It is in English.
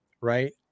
right